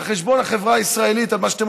על חשבון החברה הישראלית,